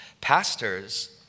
Pastors